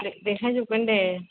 दे देखायजोबगोन दे